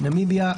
נמיביה,